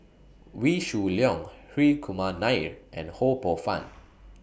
Wee Shoo Leong Hri Kumar Nair and Ho Poh Fun